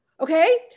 Okay